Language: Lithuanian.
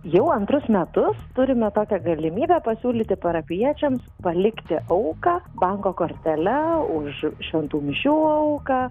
jau antrus metus turime tokią galimybę pasiūlyti parapijiečiams palikti auką banko kortele už šventų mišių auką